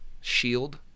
SHIELD